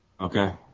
Okay